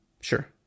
Sure